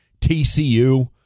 TCU